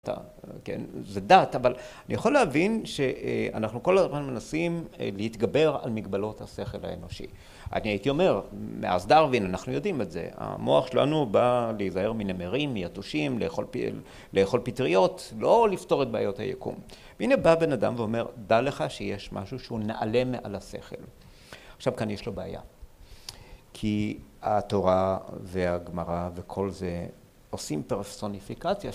זה דת אבל אני יכול להבין שאנחנו כל הזמן מנסים להתגבר על מגבלות השכל האנושי. אני הייתי אומר מאז דרווין אנחנו יודעים את זה, המוח שלנו בא להיזהר מנמרים, מייתושים, לאכול פטריות, לא לפתור את בעיות היקום והנה בא בן אדם ואומר דע לך שיש משהו שהוא נעלה מעל השכל. עכשיו כאן יש לו בעיה כי התורה והגמרה וכל זה עושים פרסוניפיקציה